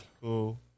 Cool